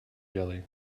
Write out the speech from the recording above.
jelly